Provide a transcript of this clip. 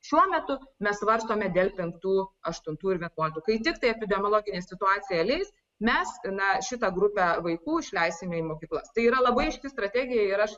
šiuo metu mes svarstome dėl penktų aštuntų ir vienuoliktų kai tiktai epidemiologinė situacija leis mes na šitą grupę vaikų išleisime į mokyklas tai yra labai aiški strategija ir aš